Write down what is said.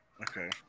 okay